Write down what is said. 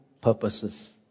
purposes